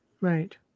Right